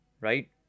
right